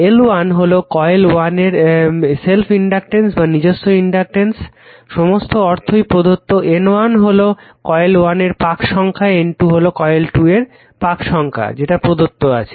L1 হলো coil 1 এর নিজস্ব ইনডাকটেন্স সমস্ত অর্থই প্রদত্ত N 1 হলো কয়েল 1 এর পাক সংখ্যা N 2 হলো কয়েল 2 এর পাক সংখ্যা যেটা প্রদত্ত আছে